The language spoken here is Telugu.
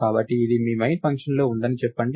కాబట్టి ఇది మీ మెయిన్ ఫంక్షన్లో ఉందని చెప్పండి